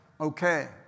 Okay